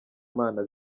mana